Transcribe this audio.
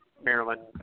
Maryland